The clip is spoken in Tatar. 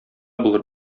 булыр